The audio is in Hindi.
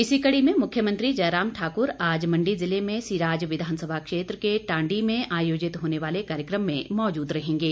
इसी कड़ी में मुख्यमंत्री जयराम ठाक़र आज मंडी जिले में सिराज विधानसभा क्षेत्र के टांडी में आयोजित होने वाले कार्यक्रम में मौजूद रहेंगे